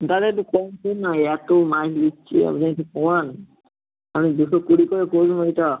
দাদা একটু কম করুন না অ্যা এত মাছ নিচ্ছি আপনি একটু কমান আর ওই দুশো কুড়ি করে করে দিন ওইটা